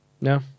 no